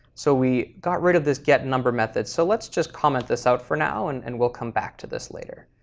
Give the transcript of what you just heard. so we got rid of this getnumber method, so let's just comment this out for now, and and we'll come back to this later.